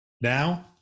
Now